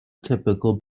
typical